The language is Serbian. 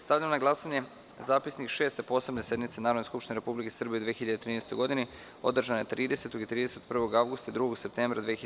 Stavljam na glasanje Zapisnik Šeste posebne sednice Narodne skupštine Republike Srbije u 2013. godini, održane 30. i 31. avgusta i 2. septembra 2013. godine.